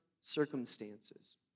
circumstances